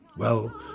well,